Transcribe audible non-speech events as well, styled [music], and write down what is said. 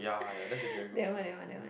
[noise] that one that one that one